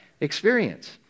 experience